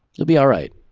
you'll be all right,